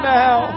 now